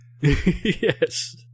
Yes